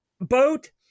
Boat